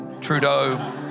Trudeau